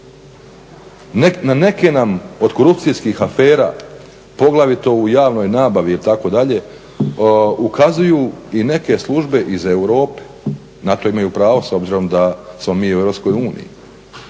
Na neke nam od korupcijskih afera poglavito u javnoj nabavi itd. ukazuju i neke službe iz Europe. Na to imaju pravo s obzirom da smo mi u EU.